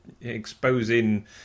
exposing